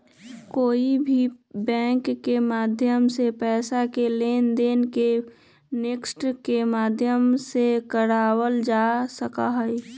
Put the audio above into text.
कोई भी बैंक के माध्यम से पैसा के लेनदेन के नेफ्ट के माध्यम से करावल जा सका हई